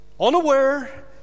unaware